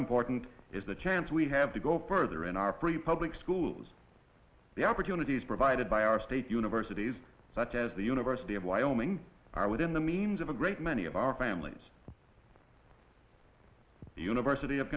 important is the chance we have to go further in our free public schools the opportunities provided by our state universities such as the university of wyoming are within the means of a great many of our families the university of